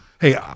Hey